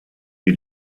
wie